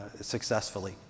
successfully